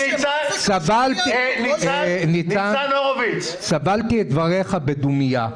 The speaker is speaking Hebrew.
סבלתי את דבריך בדומייה.